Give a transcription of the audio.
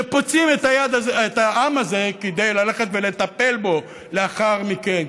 שפוצעים את העם הזה כדי ללכת ולטפל בו לאחר מכן,